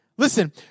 Listen